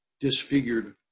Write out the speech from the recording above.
disfigured